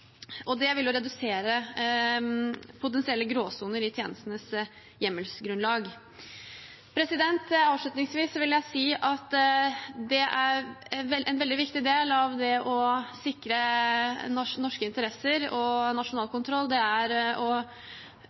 Det vil redusere potensielle gråsoner i tjenestens hjemmelsgrunnlag. Avslutningsvis vil jeg si at en veldig viktig del av det å sikre norske interesser og nasjonal kontroll er å